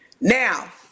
Now